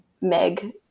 Meg